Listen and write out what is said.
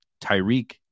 Tyreek